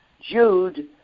Jude